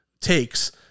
takes